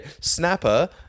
Snapper